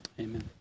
amen